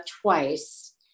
twice